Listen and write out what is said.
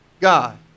God